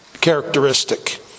characteristic